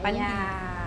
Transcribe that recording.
!aiya!